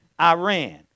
Iran